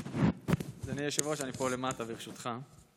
אדוני היושב-ראש, אני פה למטה, ברשותך.